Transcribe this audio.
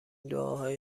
دعاهای